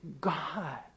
God